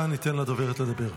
אין שום קשר בין מה שאמרת למה שהיה.